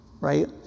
Right